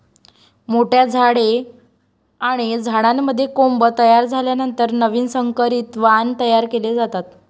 मोठ्या झाडे आणि झाडांमध्ये कोंब तयार झाल्यानंतर नवीन संकरित वाण तयार केले जातात